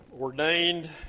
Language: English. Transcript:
Ordained